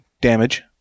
damage